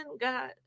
god